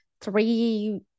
three